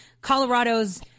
Colorado's